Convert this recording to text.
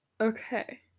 Okay